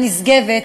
הנשגבת,